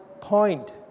point